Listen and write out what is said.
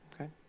Okay